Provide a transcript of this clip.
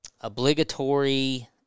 obligatory